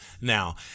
now